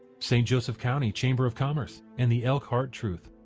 st. joseph county chamber of commerce. and the elkhart truth.